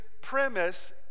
premise